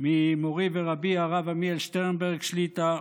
ממורי ורבי הרב עמיאל שטרנברג שליט"א,